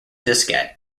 diskette